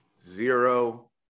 zero